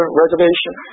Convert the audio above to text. reservation